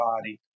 body